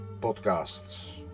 podcasts